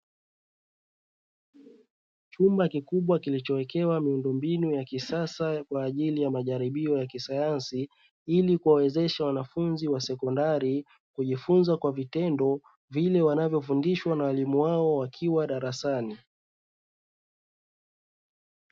Chumba kikubwa kinachowekewa miundombinu ya kisasa kwa ajili ya majaribio ya kisayansi, ili kuwawezesha wanafunzi wa sekondari kujifunza kwa vitendo vile wanavyofundishwa na walimu wao wakiwa darasani.